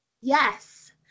Yes